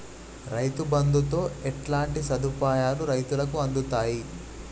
రైతు బంధుతో ఎట్లాంటి సదుపాయాలు రైతులకి అందుతయి?